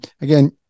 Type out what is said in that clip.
again